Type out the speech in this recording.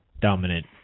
dominant